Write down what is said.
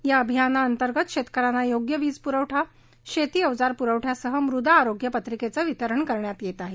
या अभियाना अंतर्गत शेतकऱ्यांना योग्य वीज पुरवठा शेती अवजार पुरवठयासह मृदा आरोग्य पत्रिकेच वितरण करण्यात येत आहे